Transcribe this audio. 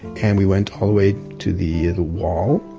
and we went all the way to the wall,